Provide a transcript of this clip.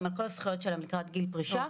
על כל הזכויות שלהם לקראת גיל פרישה.